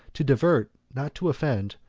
to divert, not to offend,